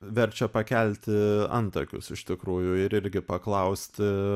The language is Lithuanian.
verčia pakelti antakius iš tikrųjų ir irgi paklausti